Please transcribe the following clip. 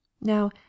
now